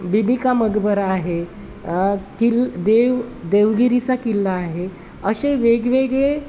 बिबिका मकबरा आहे किल् देव देवगिरीचा किल्ला आहे असे वेगवेगळे